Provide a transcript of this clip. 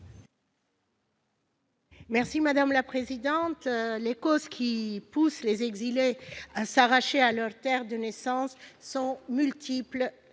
est à Mme Esther Benbassa. Les causes qui poussent les exilés à s'arracher à leur terre de naissance sont multiples